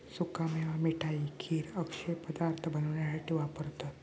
सुका मेवा मिठाई, खीर अश्ये पदार्थ बनवण्यासाठी वापरतत